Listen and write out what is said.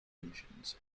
engines